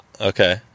okay